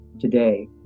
today